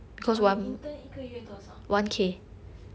你 intern 一个月多少